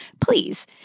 please